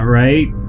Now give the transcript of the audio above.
right